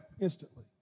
instantly